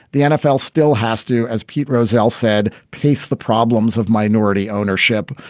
the nfl still has to, as pete roselle said, piece the problems of minority ownership.